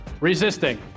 Resisting